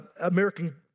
American